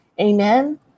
Amen